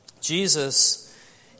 Jesus